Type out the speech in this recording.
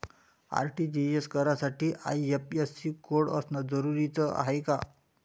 RTGS करासाठी IFSC code असनं जरुरीच हाय का?